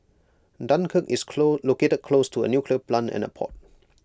Dunkirk is close located close to A nuclear plant and A port